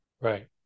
Right